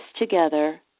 together